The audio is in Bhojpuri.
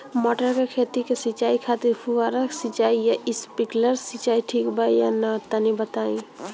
मटर के खेती के सिचाई खातिर फुहारा सिंचाई या स्प्रिंकलर सिंचाई ठीक बा या ना तनि बताई?